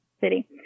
City